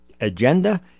agenda